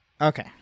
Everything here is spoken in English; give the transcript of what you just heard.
Okay